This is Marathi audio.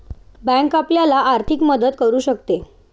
बँक आपल्याला आर्थिक मदत करू शकते